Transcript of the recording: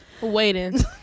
waiting